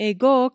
Ego